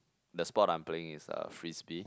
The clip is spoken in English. the sport I'm playing is uh frisbee